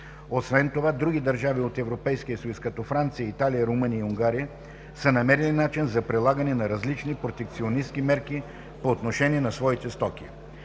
Освен това други държави от Европейския съюз като Франция, Италия, Румъния и Унгария са намерили начин за прилагане на различни протекционистични мерки по отношение на своите стоки.